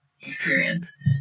experience